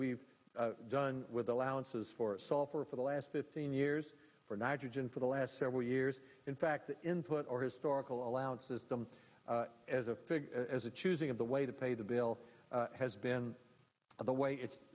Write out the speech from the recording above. we've done with allowances for software for the last fifteen years for nitrogen for the last several years in fact the input or historical allowance system as a fig as a choosing of the way to pay the bill has been the way it's